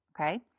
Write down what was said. Okay